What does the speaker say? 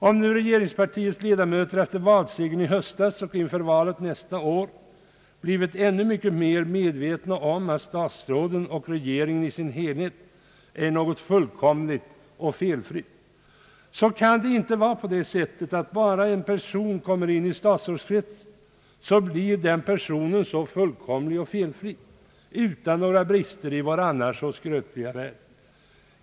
Om nu regeringspartiets ledamöter efter valsegern i höstas och inför valet nästa år blivit ännu mycket mer medvetna om att statsråden och regeringen i sin helhet är något fullkomligt och felfritt, vill jag säga några ord om detta. Det kan inte vara på det sättet att bara en per son kommer in i statsrådskretsen blir den personen fullkomlig och felfri, utan några brister i vår annars så skröpliga värld.